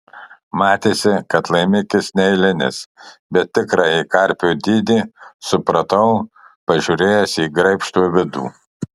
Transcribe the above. matėsi kad laimikis neeilinis bet tikrąjį karpio dydį supratau pažiūrėjęs į graibšto vidų